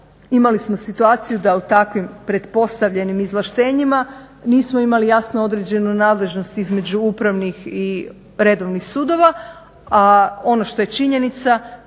Imali smo situaciju da u takvim pretpostavljenim izvlaštenjima nismo imali jasno određenu nadležnost između upravnih i redovnih sudova a ono što je činjenica,